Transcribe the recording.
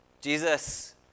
Jesus